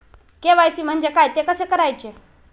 KYC म्हणजे काय? ते कसे करायचे?